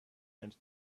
and